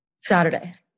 Saturday